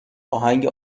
آهنگ